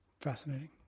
Fascinating